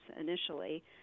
initially